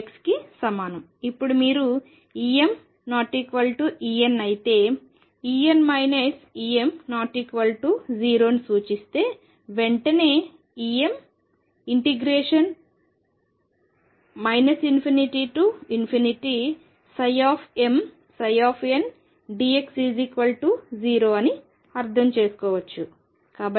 మరియు ఇప్పుడు మీరు EmEn అయితే En Em≠0 ని సూచిస్తే వెంటనే Em ∞mndx0 అని అర్థం చేసుకోవచ్చు